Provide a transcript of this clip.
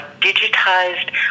digitized